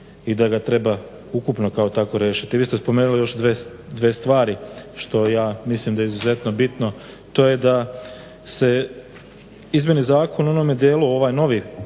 i da ga treba ukupno kao tako riješiti. Vi ste spomenuli još dve stvari što ja mislim da je izuzetno bitno. To je da se izmeni zakon u onome delu ovaj novi